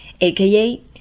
AKA